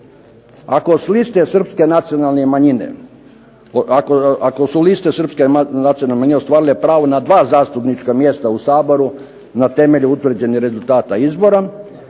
neka od lista Srpske nacionalne manjine ostvari pravo na jedno zastupničko mjesto u Saboru, na temelju utvrđenog rezultata izbora,